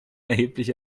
erheblich